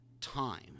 time